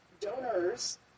donors